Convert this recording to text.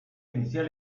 inicial